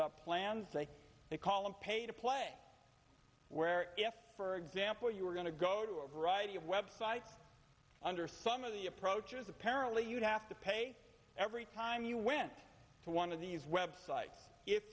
up plans that they call a pay to play where if for example you were going to go to a variety of web sites under some of the approaches apparently you'd have to pay every time you went to one of these websites if